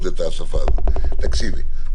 תקשיבי,